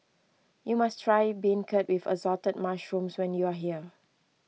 you must try Beancurd with Assorted Mushrooms when you are here